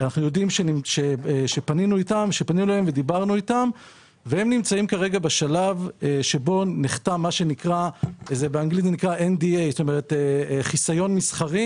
יודעים שהם נמצאים בשלב של חתימה על חיסיון מסחרי